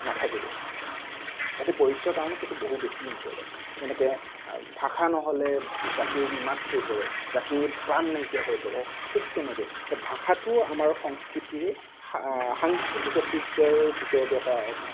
নাথাকিব জাতিৰ পৰিচয়ৰ কাৰণে সেইটো বহুত বেছি ইম্পৰ্টেণ্ট যেনেকৈ ভাষা নহ'লে জাতি নিমাত হৈ পৰে জাতি প্ৰাণ নাইকীয়া হৈ পৰে ঠিক তেনেকৈ এতিয়া ভাষাটোও আমাৰ সংস্কৃতিৰে সা সাংস্কৃতিক ঐতিহ্যৰ ভিতৰতে এটা